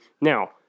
Now